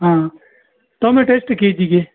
ಹಾಂ ಟೊಮೆಟೊ ಎಷ್ಟು ಕೆ ಜಿಗೆ